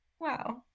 wow